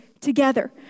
together